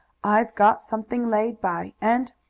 i've got something laid by, and,